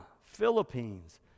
Philippines